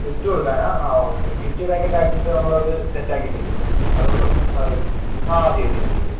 gift കൊടുക്കാനാണ് okay gift packet ആക്കിയിട്ട് നമ്മളത് സെറ്റ് ആക്കിത്തരും അതുകൊണ്ടൊന്നും സാറ് പേടിക്കണ്ട അതെ ചെയ്ത് തരും ചെയ്ത് തരും